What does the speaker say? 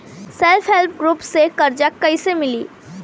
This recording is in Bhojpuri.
सेल्फ हेल्प ग्रुप से कर्जा कईसे मिली?